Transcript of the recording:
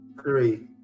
Three